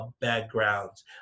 Backgrounds